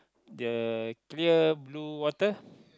the clear blue water